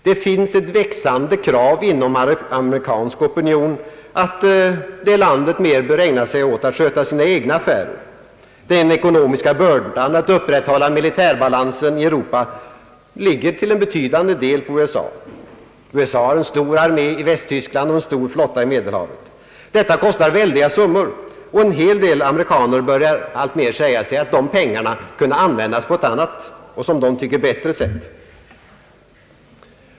Det finns ett växande krav inom amerikansk opinion att USA mer bör ägna sig åt att sköta sina egna affärer. Den ekonomiska bördan av att upprätthålla militärbalansen i Europa ligger till betydande del på USA. Oförmågan till samverkan på den europeiska kontinenten ökar kravet på USA:s insatser. USA har en stor armé i Västtyskland och en stor flotta i Medelhavet. Detta kostar väldiga summor, och en hel del amerikaner säger att pengarna kunde användas på ett annat och bättre sätt.